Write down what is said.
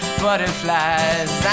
butterflies